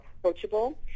approachable